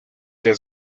der